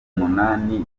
munani